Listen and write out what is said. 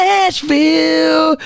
Nashville